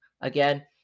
again